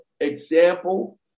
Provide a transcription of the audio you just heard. example